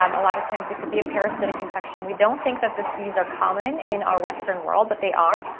um a lot of times it could be a parasitic infection. we don't think that these are common in our western world, but they are.